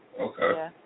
Okay